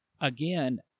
Again